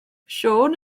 siôn